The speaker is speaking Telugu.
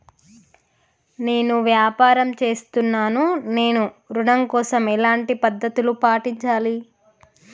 నేను వ్యాపారం చేస్తున్నాను నేను ఋణం కోసం ఎలాంటి పద్దతులు పాటించాలి?